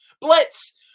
Blitz